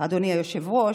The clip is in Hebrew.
אדוני היושב-ראש.